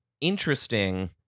interesting